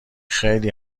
خیلی